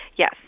Yes